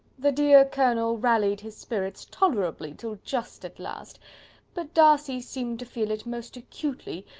the dear colonel rallied his spirits tolerably till just at last but darcy seemed to feel it most acutely,